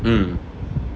um